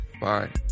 Bye